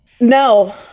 No